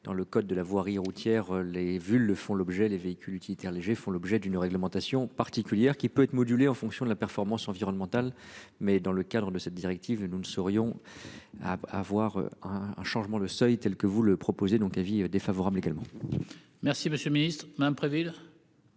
dans le code de la voirie routière les vu le font l'objet les véhicules utilitaires légers font l'objet d'une réglementation particulière qui peut être modulée en fonction de la performance environnementale. Mais dans le cadre de cette directive, nous ne serions. À avoir. Un changement le seuil tels que vous le proposez donc avis défavorable également. Merci, monsieur le Ministre, Madame.